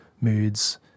moods